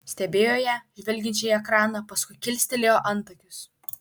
stebėjo ją žvelgiančią į ekraną paskui kilstelėjo antakius